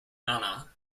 nana